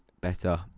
better